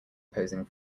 posing